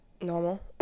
normal